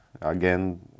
Again